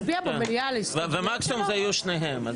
ומקסימום זה יהיו שניהם.